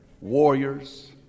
warriors